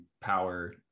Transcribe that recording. power